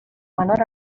menor